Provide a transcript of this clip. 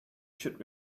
should